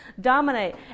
dominate